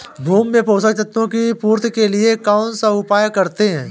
भूमि में पोषक तत्वों की पूर्ति के लिए कौनसा उपाय करते हैं?